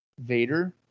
Vader